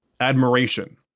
Admiration